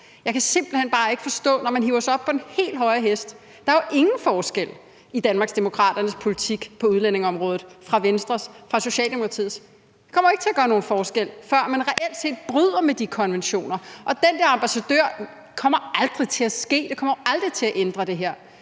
Jeg kan simpelt hen bare ikke forstå, at man hiver sig op på den helt høje hest. Der er jo ingen forskel på Danmarksdemokraternes politik på udlændingeområdet og Venstres og Socialdemokratiets. Man kommer ikke til at gøre nogen forskel, før man reelt bryder med de konventioner. Og det med den der ambassadør kommer aldrig til at ske. Det kommer aldrig til at ændre det her.